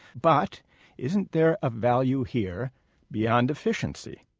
but isn't there a value here beyond efficiency?